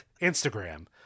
Instagram